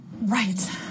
Right